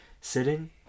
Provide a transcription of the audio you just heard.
sitting